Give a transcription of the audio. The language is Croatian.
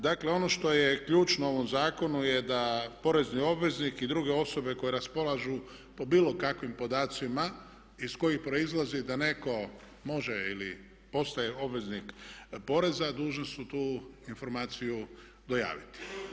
Dakle, ono što je ključno u ovom zakonu je da porezni obveznik i druge osobe koje raspolažu po bilo kakvim podacima iz kojih proizlazi da netko može ili postaje obveznik poreza dužni su tu informaciju dojaviti.